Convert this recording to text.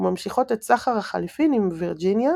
וממשיכות את סחר החליפין עם וירג'יניה